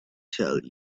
tell